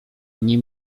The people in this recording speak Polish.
nie